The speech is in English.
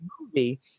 movie